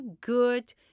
good